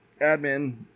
admin